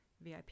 vip